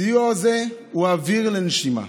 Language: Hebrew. סיוע זה הוא אוויר לנשימה.